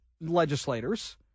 legislators